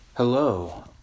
Hello